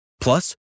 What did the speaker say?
Plus